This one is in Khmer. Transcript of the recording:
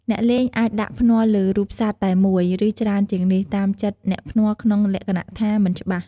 អ្នកលេងអាចដាក់ភ្នាល់លើរូបសត្វតែមួយ ឬច្រើនជាងនេះ តាមចិត្តអ្នកភ្នាល់ក្នុងលក្ខណៈថា មិនច្បាស់។